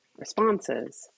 responses